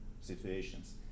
situations